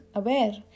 aware